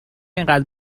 اینقدر